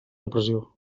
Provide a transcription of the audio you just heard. depressió